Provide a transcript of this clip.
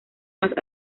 más